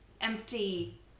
empty